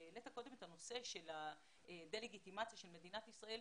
הסיבה כשהעלית קודם את הנושא של הדה-לגיטימציה של מדינת ישראל,